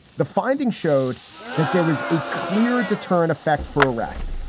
the findings showed that there was a clear deterrent effect for arrest.